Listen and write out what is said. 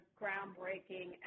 groundbreaking